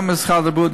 גם ממשרד הבריאות,